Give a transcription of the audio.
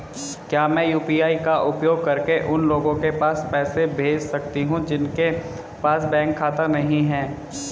क्या मैं यू.पी.आई का उपयोग करके उन लोगों के पास पैसे भेज सकती हूँ जिनके पास बैंक खाता नहीं है?